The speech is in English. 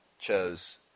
chose